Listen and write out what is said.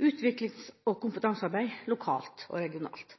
utviklings- og kompetansearbeid lokalt og regionalt.